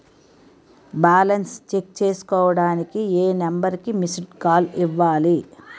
Balance check చేసుకోవటానికి ఏ number కి మిస్డ్ కాల్ ఇవ్వాలి?